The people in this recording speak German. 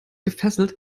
gefesselt